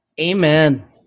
amen